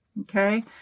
okay